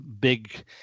big